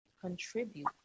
contribute